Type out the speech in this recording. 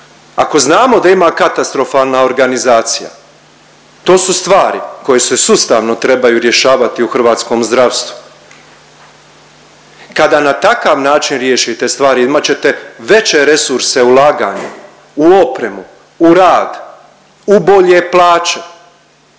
Ako znamo da ima katastrofalna organizacija to su stvari koje se sustavno trebaju rješavati u hrvatskom zdravstvu. Kada na takav način riješite stvari imat ćete veće resurse ulaganju u opremu, u rad, u bolje plaće,